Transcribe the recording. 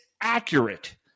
accurate